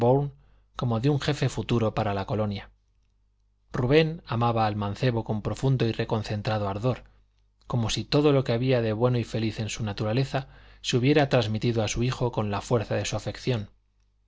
como de un jefe futuro para la colonia rubén amaba al mancebo con profundo y reconcentrado ardor como si todo lo que había de bueno y feliz en su naturaleza se hubiera transmitido a su hijo con la fuerza de su afección